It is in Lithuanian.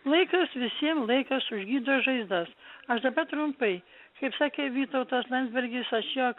laikas visiem laikas užgydo žaizdas aš dabar trumpai kaip sakė vytautas landsbergis aš jo